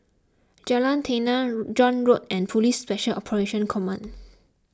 Jalan Tenang John Road and Police Special Operations Command